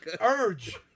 urge